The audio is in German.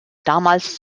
damals